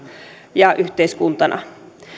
ja yhteiskuntana